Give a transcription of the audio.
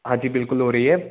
हाँ जी बिल्कुल हो रही है